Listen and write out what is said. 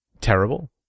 Terrible